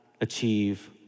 achieve